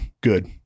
good